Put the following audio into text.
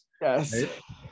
Yes